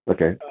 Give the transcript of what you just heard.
Okay